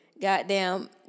Goddamn